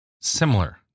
similar